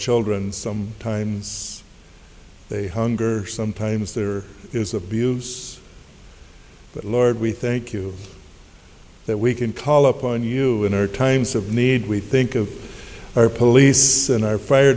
children some times they hunger sometimes there is abuse but lord we thank you that we can call upon you in our times of need we think of our police and